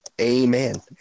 amen